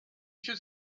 should